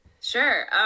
Sure